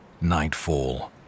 Nightfall